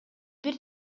бир